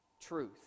Truth